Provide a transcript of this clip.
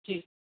जी